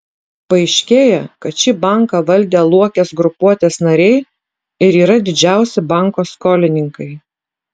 paaiškėja kad šį banką valdę luokės grupuotės nariai ir yra didžiausi banko skolininkai